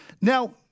Now